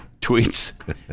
tweets